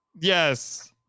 Yes